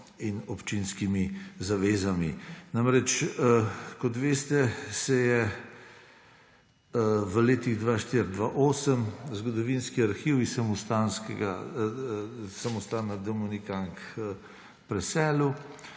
in občinskimi zavezami. Namreč, kot veste, se je v letih 2004–2008 zgodovinski arhiv iz samostana dominikank preselil